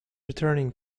returning